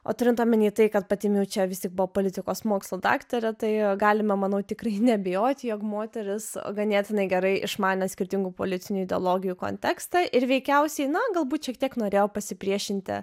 o turint omenyje tai kad pati nejučia visi buvo politikos mokslų daktarė tai galima manau tikrai neabejojate jog moteris ganėtinai gerai išmanė skirtingų politinių ideologijų kontekstą ir veikiausiai na galbūt šiek tiek norėjo pasipriešinti